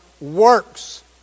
works